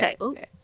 Okay